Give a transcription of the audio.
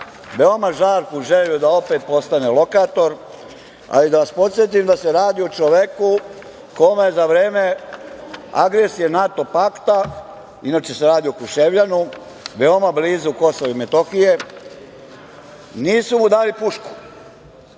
veoma žarku želju da opet postane lokator. Da vas podsetim da se radi o čoveku kome za vreme agresije NATO pakta, inače se radi o Kruševljanu, veoma blizu Kosova i Metohije, nisu dali pušku.